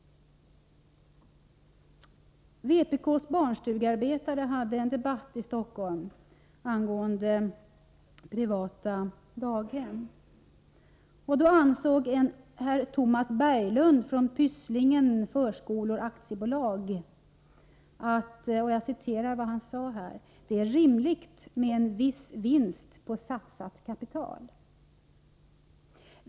Vpk:s barnstugearbetare hade en debatt i Stockholm angående privata daghem. En herr Tomas Berglund från Pysslingen Förskolor AB ansåg att det är rimligt med en viss vinst på satsat kapital.